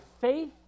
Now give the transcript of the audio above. faith